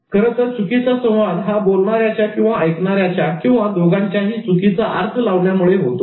खरंतर चुकीचा संवाद हा बोलणाऱ्याच्या किंवा ऐकणाऱ्याच्या किंवा दोघांच्याही चुकीचा अर्थ लावण्यामुळे होतो